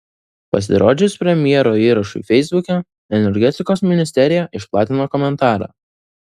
pasirodžius premjero įrašui feisbuke energetikos ministerija išplatino komentarą